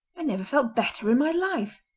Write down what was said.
i never felt better in my life.